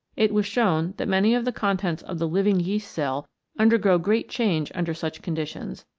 it was shown that many of the contents of the living yeast cell undergo great change under such conditions,